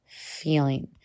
feeling